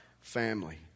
family